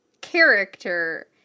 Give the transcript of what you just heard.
character